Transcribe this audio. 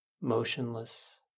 motionless